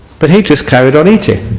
but he just carried on eating.